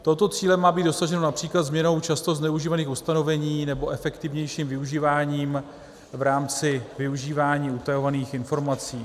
Tohoto cíle má být dosaženo například změnou často zneužívaných ustanovení nebo efektivnějším využíváním v rámci využívání utajovaných informací.